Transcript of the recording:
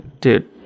dude